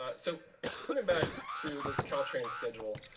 ah so coming back to this caltrain schedule,